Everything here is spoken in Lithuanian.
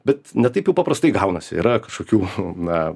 bet ne taip jau paprastai gaunasi yra kažkokių na